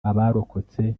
abarokotse